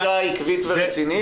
היא אישה עקבית ורצינית.